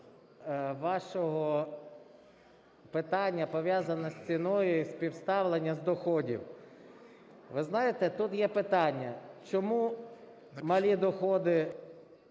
вашого питання, пов'язаного з ціною і співставлення з доходів. Ви знаєте, тут є питання: чому малі доходи